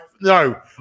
no